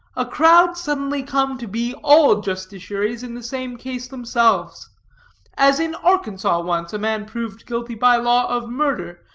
a crowd suddenly come to be all justiciaries in the same case themselves as in arkansas once, a man proved guilty, by law, of murder,